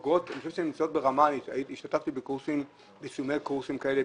השתתפתי בסיומי קורסים כאלה,